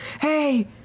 Hey